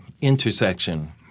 intersection